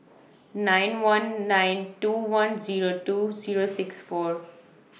nine one nine two one Zero two Zero six four